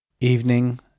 Evening